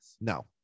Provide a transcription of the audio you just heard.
No